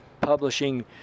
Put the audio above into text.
publishing